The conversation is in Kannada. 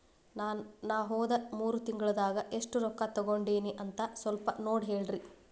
ನಾ ಹೋದ ಮೂರು ತಿಂಗಳದಾಗ ಎಷ್ಟು ರೊಕ್ಕಾ ತಕ್ಕೊಂಡೇನಿ ಅಂತ ಸಲ್ಪ ನೋಡ ಹೇಳ್ರಿ